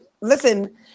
listen